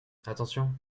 attention